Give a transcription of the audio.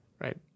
right